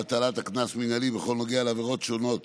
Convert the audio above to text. הטלת קנס מינהלי בכל הנוגע לעבירות שונות